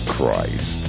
Christ